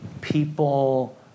people